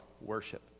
worship